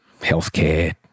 healthcare